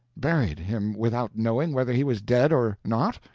buried him, without knowing whether he was dead or not?